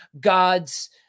God's